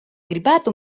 gribētu